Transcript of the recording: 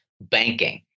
banking